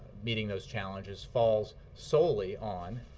meeting those challenges falls solely on